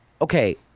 okay